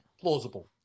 plausible